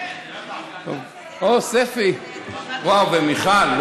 אוה, ספי ומיכל.